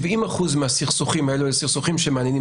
70% מהסכסוכים האלו הם סכסוכים שמעניינים